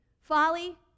Folly